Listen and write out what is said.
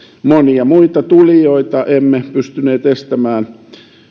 monia muita tuli joita emme pystyneet estämään